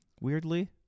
weirdly